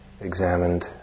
examined